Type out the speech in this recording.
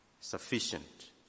sufficient